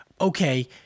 okay